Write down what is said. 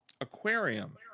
aquarium